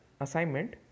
assignment